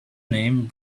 name